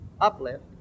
uplift